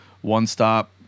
one-stop